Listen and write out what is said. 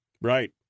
right